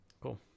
Cool